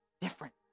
different